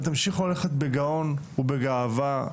ותמשיכו ללכת בגאון, ובגאווה,